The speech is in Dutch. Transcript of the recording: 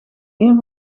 een